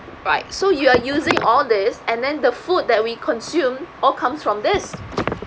right so you're using all these and then the food that we consume all comes from this